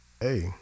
Hey